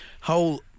Whole